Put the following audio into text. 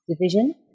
division